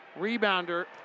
rebounder